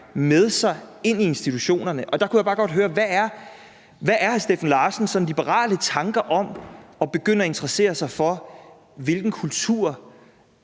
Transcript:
med sig ind i institutionerne, og der kunne jeg bare godt tænke mig at høre, hvad hr. Steffen Larsens sådan liberale tanker er om at begynde at interessere sig for, hvilken kultur